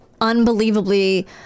unbelievably